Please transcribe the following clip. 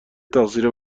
تقصیر